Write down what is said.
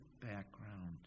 background